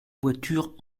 voiture